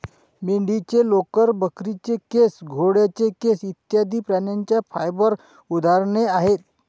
मेंढीचे लोकर, बकरीचे केस, घोड्याचे केस इत्यादि प्राण्यांच्या फाइबर उदाहरणे आहेत